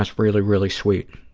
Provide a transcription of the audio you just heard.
really, really sweet.